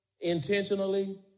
intentionally